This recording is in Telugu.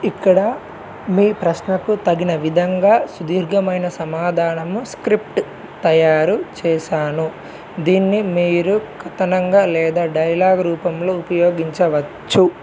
ఇక్కడ మీ ప్రశ్నకు తగిన విధంగా సుదీర్ఘమైన సమాధానము స్క్రిప్ట్ తయారు చేశాను దీన్ని మీరు కథనంగా లేదా డైలాగ్ రూపంలో ఉపయోగించవచ్చు